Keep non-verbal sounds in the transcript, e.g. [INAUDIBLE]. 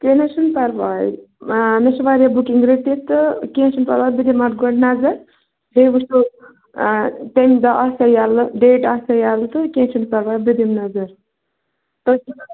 کیٚنٛہہ نہَ حظ چھُنہٕ پَرواے آ مےٚ چھِ واریاہ بُکِنٛگ رٔٹِتھ تہٕ کیٚنٛہہ چھُنہٕ پَرواے بہٕ دِمہٕ اَتھ گۄڈٕ نظر بیٚیہِ وُچھ بہٕ تَمہِ دۄہ آسیٛا ییَلہٕ ڈیٹ آسیٛا ییَلہٕ تہٕ کیٚنٛہہ چھُنہٕ پَرواے بہٕ دِمہٕ نظر [UNINTELLIGIBLE]